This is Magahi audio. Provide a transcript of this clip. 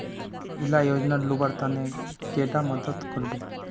इला योजनार लुबार तने कैडा मदद करबे?